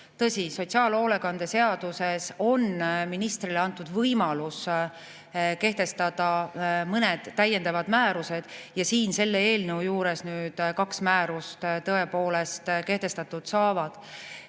Tõsi, sotsiaalhoolekande seaduses on ministrile antud võimalus kehtestada mõned täiendavad määrused ja selle eelnõuga seoses nüüd kaks määrust tõepoolest kehtestatud saavad.